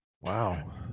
wow